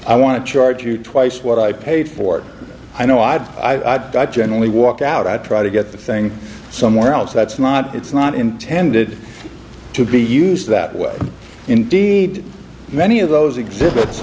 i want to charge you twice what i paid for it i know i've i generally walk out i try to get the thing somewhere else that's not it's not intended to be used that way indeed many of those exhibits